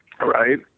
Right